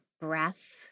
breath